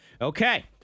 Okay